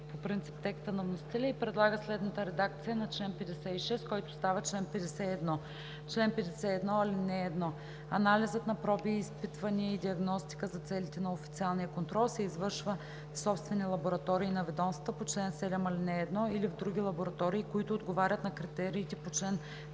по принцип текста на вносителя и предлага следната редакция на чл. 56, който става чл. 51: „Чл. 51. (1) Анализът на проби, изпитвания и диагностика за целите на официалния контрол се извършва в собствени лаборатории на ведомствата по чл. 7, ал. 1 или в други лаборатории, които отговарят на критериите по чл.